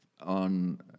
on